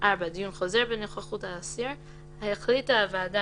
דיון חוזר בנוכחות האסיר 4. החליטה הוועדה